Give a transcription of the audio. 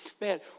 Man